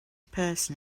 person